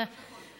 אני עכשיו הולך.